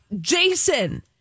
Jason